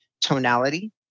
tonality